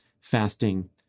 fasting